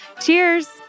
Cheers